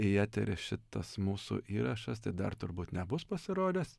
į eterį šitas mūsų įrašas tai dar turbūt nebus pasirodęs